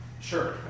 Sure